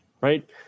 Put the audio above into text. right